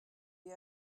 you